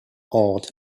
awed